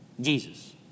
Jesus